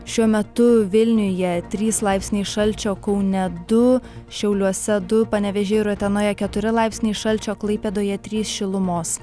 šiuo metu vilniuje trys laipsniai šalčio kaune du šiauliuose du panevėžyje ir utenoje keturi laipsniai šalčio klaipėdoje trys šilumos